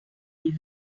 des